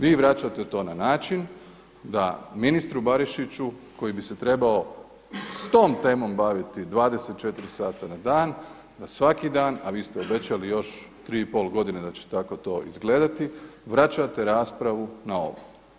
Vi vraćate to na način da ministru Barišiću koji bi se trebao s tom temom baviti 24 sata na dan da svaki dan, a vi ste obećali još 3,5 godine da će tako to izgledati, vraćate raspravu na ovo.